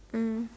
mm